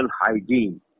hygiene